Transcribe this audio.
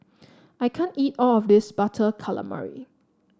I can't eat all of this Butter Calamari